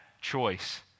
choice